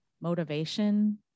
motivation